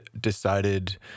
decided